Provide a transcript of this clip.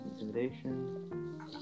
Intimidation